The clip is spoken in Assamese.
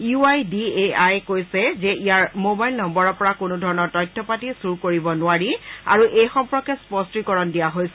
U I D A I এ কৈছে যে ইয়াৰ মোবাইল নম্বৰৰ পৰা কোনোধৰণৰ তথ্যপাতি চূৰ কৰিব নোৱাৰি আৰু এই সম্পৰ্কে স্পষ্টীকৰণ দিয়া হৈছে